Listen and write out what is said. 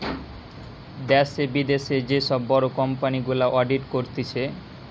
দ্যাশে, বিদ্যাশে যে সব বড় কোম্পানি গুলা অডিট করতিছে